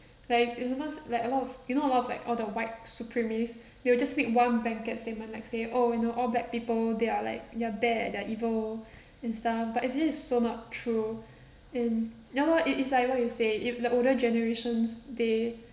like enormous like a lot of you know a lot of like all the white supremists they will just make one blanket statement like say oh you know all black people they are like they are bad they are evil and stuff but actually it's so not true and ya lor it it's like what you say if the older generations they